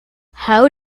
how